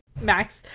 Max